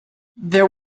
there